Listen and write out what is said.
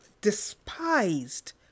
despised